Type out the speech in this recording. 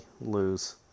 lose